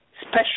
special